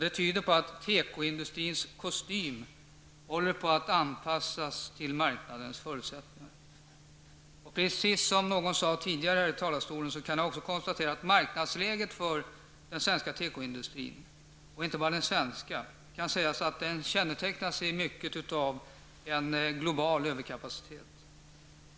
Det tyder på att tekoindustrins kostym håller på att anpassas till marknadens förutsättningar. Precis som någon gjorde tidigare här i talarstolen kan jag också konstatera att marknadsläget för den svenska tekoindustrin, och inte bara den svenska, i mycket kännetecknas av en global överkapacitet.